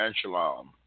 shalom